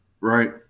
right